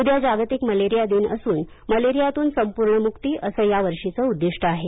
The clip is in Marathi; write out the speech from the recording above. उद्या जागतिक मलेरिया दिन असून मलेरियातून संपूर्ण मुक्ती असं या वर्षीचं उद्दिष्ट आहे